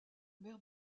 mer